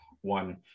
one